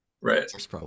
Right